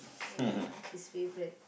ya his favourite